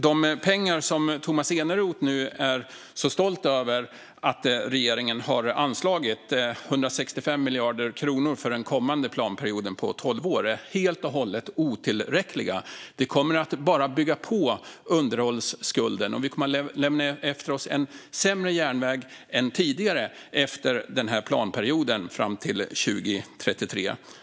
De pengar som Tomas Eneroth nu är så stolt över att regeringen har anslagit, 165 miljarder kronor för den kommande planperioden på tolv år, är helt otillräckliga. De kommer bara att bygga på underhållsskulden. Vi kommer att lämna efter oss en sämre järnväg än tidigare efter planperioden fram till 2033.